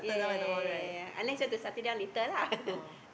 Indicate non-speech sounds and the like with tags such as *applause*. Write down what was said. yeah yeah yeah yeah yeah yaeh unless you want to settle down later lah *laughs*